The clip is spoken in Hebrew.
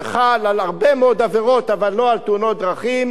שחל על הרבה מאוד עבירות אבל לא על תאונות דרכים,